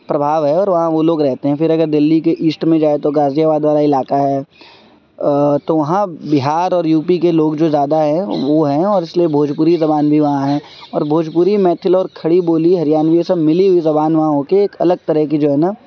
پربھاؤ ہے اور وہاں وہ لوگ رہتے ہیں پھر اگر دلی کے ایسٹ میں جائے تو غازی آباد والا علاکہ ہے تو وہاں بہار اور یو پی کے لوگ جو زیادہ ہیں وہ ہیں اور اس لیے بھوجپوری زبان بھی وہاں ہیں اور بھوجپوری میتھل اور کھڑی بولی ہریانوی یہ سب ملی ہوئی زبان وہاں ہو کے ایک الگ طرح کی جو ہے نا